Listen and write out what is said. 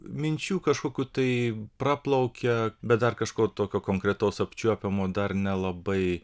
minčių kažkokių tai praplaukia bet dar kažko tokio konkretaus apčiuopiamo dar nelabai